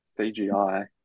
CGI